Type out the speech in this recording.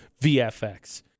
VFX